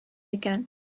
икән